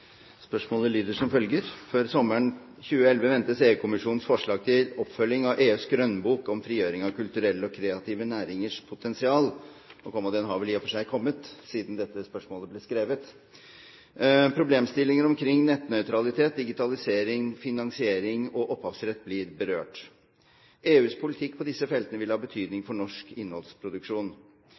Spørsmålet lyder som følger: «Før sommeren 2011 ventes EU-kommisjonens forslag til oppfølging av EUs grønnbok om Frigjøring av de kulturelle og kreative næringers potensial. Problemstillinger omkring nettnøytralitet, digitalisering, finansiering og opphavsrett blir berørt. EUs politikk på disse feltene vil ha betydning for norsk innholdsproduksjon.